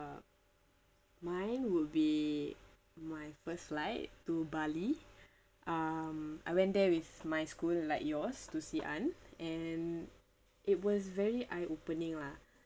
mine would be my first flight to bali um I went there with my school like yours to xi'an and it was very eye-opening lah